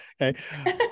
Okay